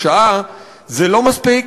זה לא מספיק.